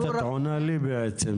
את עונה לי בעצם,